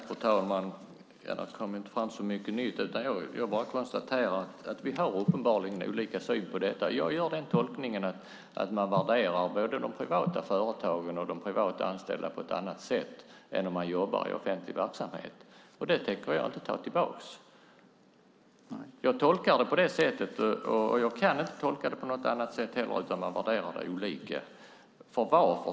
Fru talman! Det framkom inte särskilt mycket nytt i det senaste inlägget. Jag bara konstaterar att vi uppenbarligen har olika syn här. Jag gör tolkningen att de privata företagen och de privatanställda värderas på ett annat sätt än man värderar dem som jobbar i offentlig verksamhet. Det påståendet tänker jag inte ta tillbaka. Jag kan alltså inte göra någon annan tolkning än att man värderar olika.